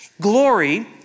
Glory